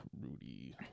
Rudy